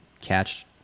catch